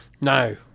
No